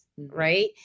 Right